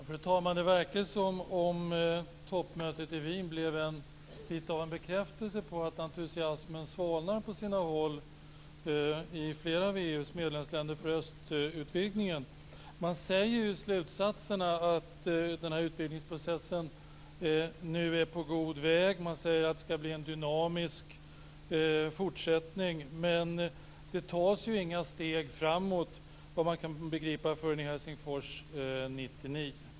Fru talman! Det verkar som att toppmötet i Wien blev lite av en bekräftelse på att entusiasmen för östutvidgningen svalnar på sina håll i flera av EU:s medlemsländer. Man säger ju i slutsatserna att den här utvidgningsprocessen nu är på god väg. Man säger också att det skall bli en dynamisk fortsättning. Men det tas inga steg framåt, efter vad man kan begripa, förrän i Helsingfors 1999.